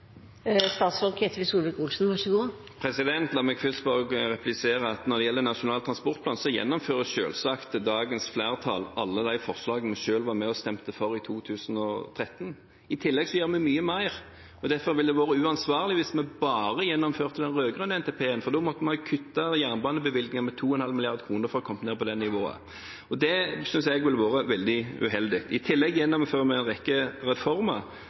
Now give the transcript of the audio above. La meg først replisere at når det gjelder Nasjonal transportplan, gjennomfører selvsagt dagens flertall alle de forslagene vi selv stemte for i 2013. I tillegg gjør vi mye mer, og derfor ville det vært uansvarlig om vi bare gjennomførte den rød-grønne NTP-en, for da måtte en kutte jernbanebevilgningene med 2,5 mrd. kr for å komme ned på det nivået. Det synes jeg ville vært veldig uheldig. I tillegg gjennomfører vi en rekke reformer